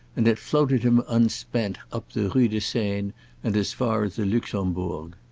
and it floated him unspent up the rue de seine and as far as the luxembourg.